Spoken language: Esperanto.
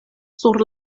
sur